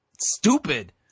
stupid